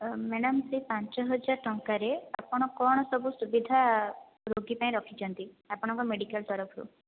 madam ସେ ପାଞ୍ଚ ହଜାର ଟଙ୍କାରେ ଆପଣ କଣ ସବୁ ସୁବିଧା ରୋଗୀ ପାଇଁ ରଖିଛନ୍ତି ଆପଣଙ୍କର ମେଡିକାଲ ତରଫରୁ